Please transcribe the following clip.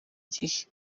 gihe